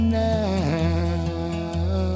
now